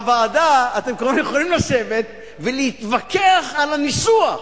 בוועדה אתם יכולים לשבת ולהתווכח על הניסוח.